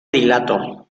dilato